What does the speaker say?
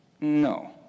No